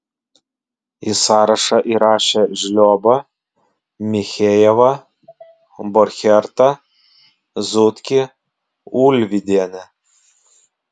į sąrašą įrašė žliobą michejevą borchertą zutkį ulvydienę